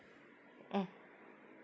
mm